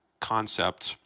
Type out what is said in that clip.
concept